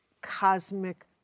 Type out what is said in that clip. cosmic